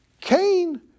Cain